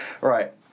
right